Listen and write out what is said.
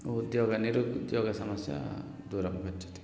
उद्योगनिरुद्योगसम्स्या दूरं गच्छति